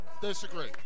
Disagree